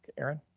erin.